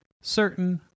certain